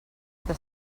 que